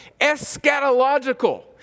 eschatological